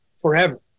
forever